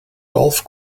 golf